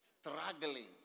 Struggling